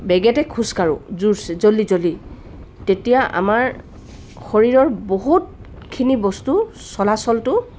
বেগেতে খোজকাঢ়ো জোৰচে জল্ডি জল্ডি তেতিয়া আমাৰ শৰীৰৰ বহুতখিনি বস্তুৰ চলাচলটো